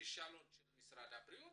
כישלון של משרד הבריאות